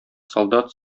солдат